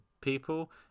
people